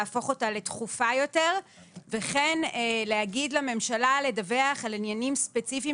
להפוך אותה לתכופה יותר וכן להגיד לממשלה לדווח על עניינים ספציפיים